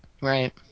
Right